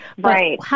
Right